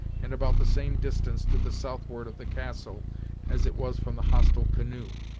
and about the same distance to the southward of the castle as it was from the hostile canoe,